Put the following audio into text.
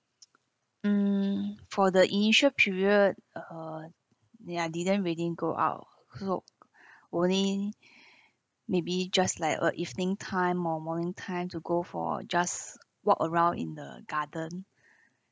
mm for the initial period uh ya didn't really go out only maybe just like uh evening time or morning time to go for just walk around in the garden